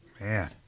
Man